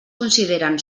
consideren